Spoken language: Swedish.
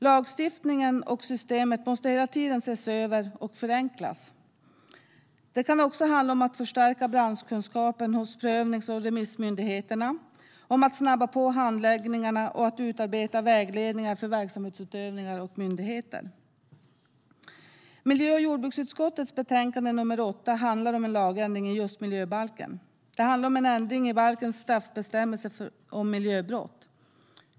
Lagstiftningen och systemet måste hela tiden ses över och förenklas. Det kan också handla om att förstärka branschkunskapen hos prövnings och remissmyndigheterna, om att snabba handläggningen och att utarbeta vägledningar för verksamhetsutövning hos myndigheten. Miljö och jordbruksutskottets betänkande nr 8 handlar om en lagändring i just miljöbalken. Det handlar om en ändring i balkens straffbestämmelse om miljöbrott.